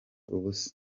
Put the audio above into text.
ubusa